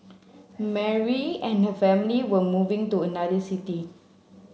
Mary and her family were moving to another city